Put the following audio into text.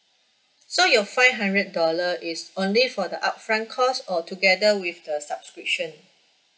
so your five hundred dollar is only for the upfront cost or together with the subscription